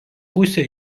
pusę